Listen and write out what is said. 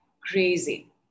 crazy